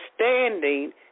understanding